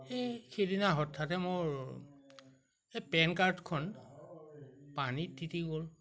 এই সেইদিনা হঠাতে মোৰ এই পেন কাৰ্ডখন পানীত তিতি গ'ল